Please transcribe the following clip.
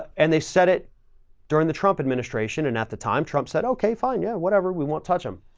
and they said it during the trump administration and at the time trump said, okay, fine. yeah, whatever. we won't touch them,